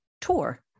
tour